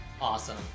awesome